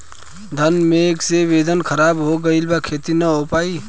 घन मेघ से वेदर ख़राब हो गइल बा खेती न हो पाई